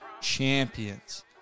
champions